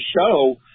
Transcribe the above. show